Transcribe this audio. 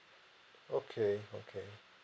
okay okay